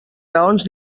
raons